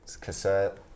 Cassette